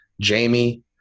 Jamie